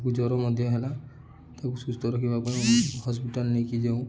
ତା ଜ୍ଵର ମଧ୍ୟ ହେଲା ତାକୁ ସୁସ୍ଥ ରଖିବା ପାଇଁ ହସ୍ପିଟାଲ୍ ନେଇକି ଯାଉ